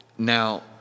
Now